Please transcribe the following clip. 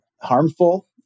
harmful